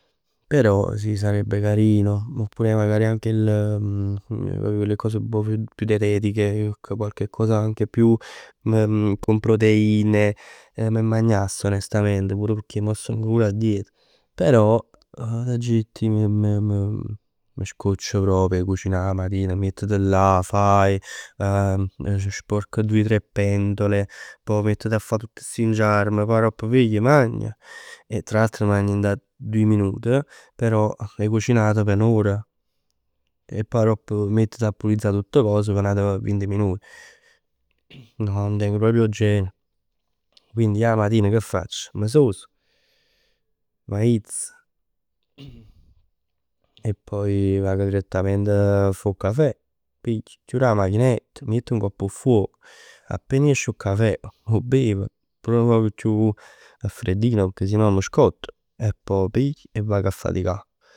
Però sì sarebbe carino. Oppure magari anche il quelle cose più dietetiche. Qualche cosa anche più, con proteine. Eh m' 'e magnass onestament, pur pecchè mo stong pur 'a dieta. Però t'aggio ditt. M- m- m' scocc proprio a cucinà 'a matin. Miettit là, faje, sporca doje o tre pentole. Pò miettit a fa tutt sti ngiarm. Pò pigl, magn e tra l'altro magn dint 'a doje minut, però 'e cucinato p' n'ora. E poj aropp miettit a pulezzà tutt cos p' ate vint minut. No nun teng proprio 'o genio. Quindi io 'a matin, m' sosso, m'aiz e poi vag direttament a fa 'o cafè. Piglio, chiur 'a machinett. A' mett direttament ngopp 'o fuoc. Appena esce 'o cafè 'o bev. Pur nu poc chiù freddino pecchè sennò m' scott e pò piglio e vag 'a faticà.